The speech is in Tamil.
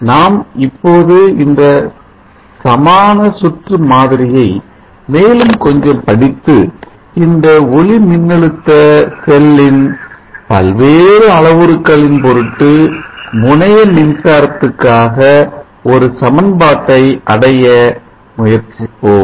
நாம் இப்போது இந்த சமான சுற்று மாதிரியை மேலும் கொஞ்சம் படித்து இந்த ஒளிமின்னழுத்த செல்லின் பல்வேறு அளவுருக்களின் பொருட்டு முனைய மின்சாரத்திற்காக ஒரு சமன்பாட்டை அடைய முயற்சிப்போம்